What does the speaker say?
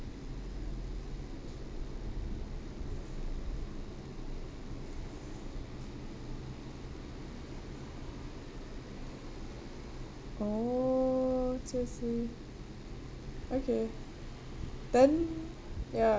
oh so sweet okay then ya